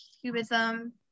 cubism